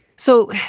so,